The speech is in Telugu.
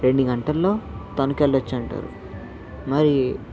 రెండు గంటల్లో తణుకెళ్ళచ్చంటారు మరీ